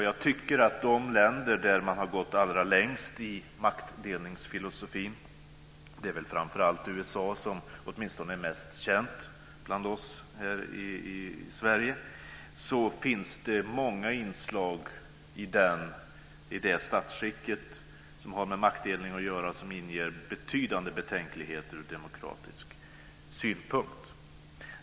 Jag tycker att det i de länder där man gått allra längst i maktdelningsfilosofin - det är väl framför allt USA som åtminstone är mest känt bland oss här i Sverige - finns många inslag i det statsskicket som har med maktdelning att göra som inger betydande betänkligheter från demokratisk synpunkt.